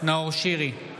נאור שירי,